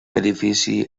edifici